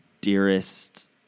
Dearest